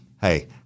Hey